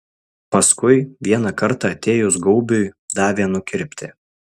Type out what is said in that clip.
paskui vieną kartą atėjus gaubiui davė nukirpti